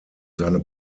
seine